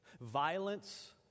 Violence